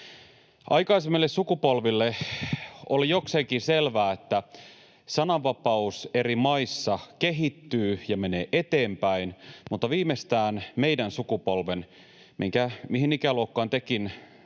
Aikaisemmille sukupolville oli jokseenkin selvää, että sananvapaus eri maissa kehittyy ja menee eteenpäin, mutta viimeistään meidän sukupolvellamme, mihin ikäluokkaan tekin,